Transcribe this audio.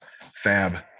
fab